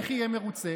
איך יהיה מרוצה?